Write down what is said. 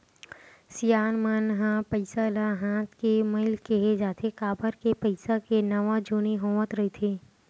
सियान मन ह पइसा ल हाथ के मइल केहें जाथे, काबर के पइसा के नवा जुनी होवत रहिथे